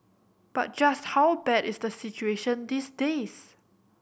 but just how bad is the situation these days